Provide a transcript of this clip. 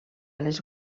les